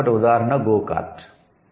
కాబట్టి ఉదాహరణ 'go cart'